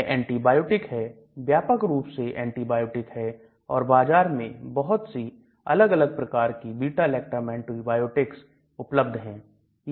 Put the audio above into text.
यह एंटीबायोटिक है व्यापक रूप से एंटीबायोटिक है और बाजार में बहुत सी अलग अलग प्रकार की Beta lactam एंटीबायोटिक्स उपलब्ध है